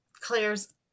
Claire's